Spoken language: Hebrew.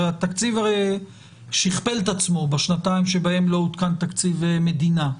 הרי התקציב שיכפל את עצמו בשנתיים שבהן לא עודכן תקציב המדינה,